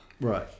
Right